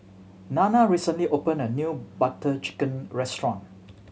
Nanna recently opened a new Butter Chicken restaurant